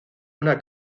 una